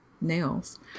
nails